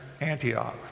Antioch